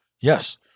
Yes